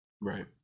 Right